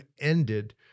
ended